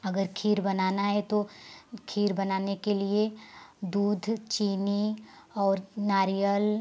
अगर खीर बनाना है तो खीर बनाने के लिए दूध चीनी और नारियल